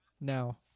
now